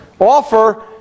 offer